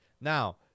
Now